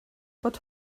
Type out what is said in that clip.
but